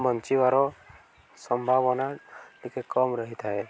ବଞ୍ଚିବାର ସମ୍ଭାବନା ଟିକେ କମ୍ ରହିଥାଏ